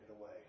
away